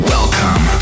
Welcome